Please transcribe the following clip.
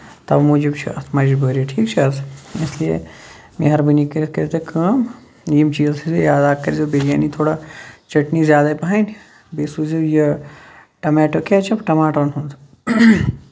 تَوے موٗجوٗب چھِ اَتھ مجبوٗرِ ٹھیٖک چھےٚ حظ اس لیے مہربٲنی کٔرتھ کٔرۍ زیو کٲم یِم چیٖز تھٲے زیو یاد آز کٔرۍ زیو بِریانی تھوڑا چٔٹنی زیادٕے پَہن بیٚیہِ سوٗزیو یہِ ٹومیٹو کیچ اَپ ٹماٹرن ہُند